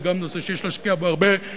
זה גם נושא שיש להשקיע בו הרבה,